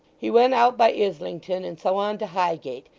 he went out by islington and so on to highgate,